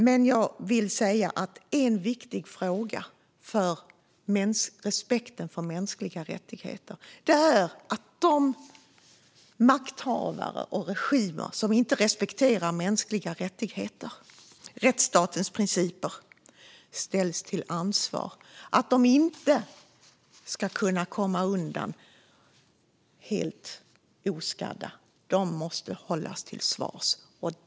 Jag vill dock även säga att en viktig fråga för respekten för mänskliga rättigheter är att de makthavare och regimer som inte respekterar mänskliga rättigheter och rättsstatens principer ställs till ansvar. De ska inte komma undan helt oskadda, utan de måste ställas till svars.